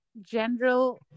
general